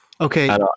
Okay